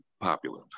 popular